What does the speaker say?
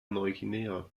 neuguinea